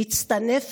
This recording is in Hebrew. להצטנף